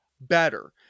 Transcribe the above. better